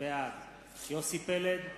בעד יוסי פלד,